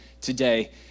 today